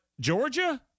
Georgia